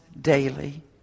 daily